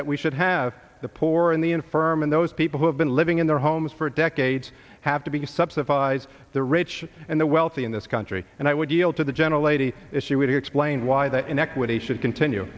that we should have the poor in the infirm and those people who have been living in their homes for decades have to be to subsidize the rich and the wealthy in this country and i would yield to the gentle lady if she would explain why the inequity should continue